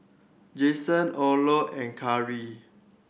Jason Orlo and Kari